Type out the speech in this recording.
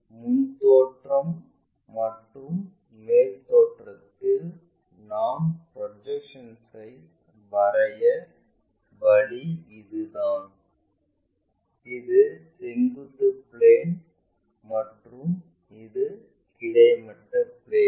முன் தோற்றம் மற்றும் மேல் தோற்றம்யில் நாம் ப்ரொஜெக்ஷன்ஐ வரைய வழி இதுதான் இது செங்குத்து பிளேன் மற்றும் இது கிடைமட்ட பிளேன்